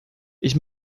ich